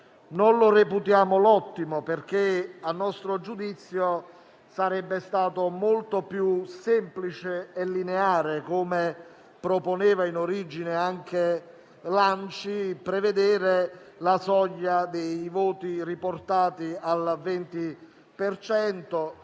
Non lo reputiamo ottimo, perché a nostro giudizio sarebbe stato molto più semplice e lineare, come proponeva in origine anche l'ANCI, prevedere la soglia dei voti riportati al 20